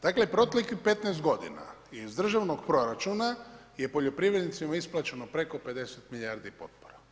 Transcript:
Dakle, proteklih 15 godina iz državnog proračuna je poljoprivrednicima isplaćeno preko 50 milijardi potpora.